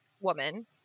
woman